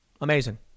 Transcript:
Amazing